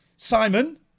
Simon